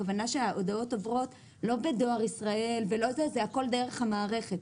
הכוונה היא שההודעות עוברות לא בדואר ישראל אלא הכול דרך המערכת.